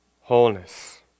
wholeness